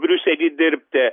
briuselį dirbti